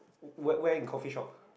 where where is coffee shop